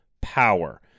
Power